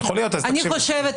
אני חושבת,